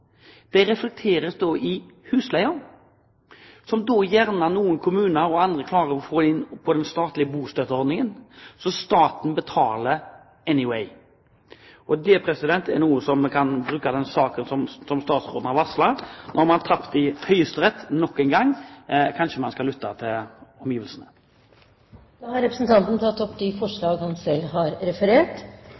som gjerne noen kommuner og andre klarer å få inn under den statlige bostøtteordningen. Så staten betaler «anyway». Og det er noe som vi kan bruke i den saken som statsråden har varslet. Nå har man tapt i Høyesterett nok en gang. Kanskje man skal lytte til omgivelsene. Representanten Arve Kambe har tatt opp det forslaget han